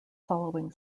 following